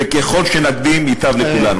וככל שנקדים ייטב לכולנו.